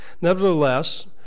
Nevertheless